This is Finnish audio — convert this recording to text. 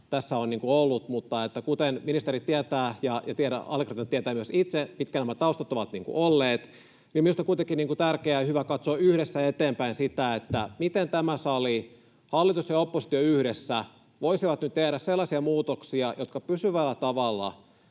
tässä on ollut. Mutta kuten ministeri tietää ja allekirjoittanut tietää myös itse, mitkä nämä taustat ovat olleet, niin minusta on kuitenkin tärkeä ja hyvä katsoa yhdessä eteenpäin sitä, miten tämä sali, hallitus ja oppositio yhdessä, voisi nyt tehdä sellaisia muutoksia, jotka pysyvällä tavalla